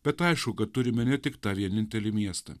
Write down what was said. bet aišku kad turime ne tik tą vienintelį miestą